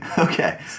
Okay